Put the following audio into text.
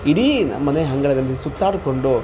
ಇಡೀ ನಮ್ಮ ಮನೆ ಅಂಗಳದಲ್ಲಿ ಸುತ್ತಾಡ್ಕೊಂಡು